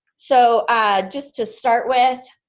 so just to start with,